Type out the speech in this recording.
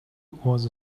was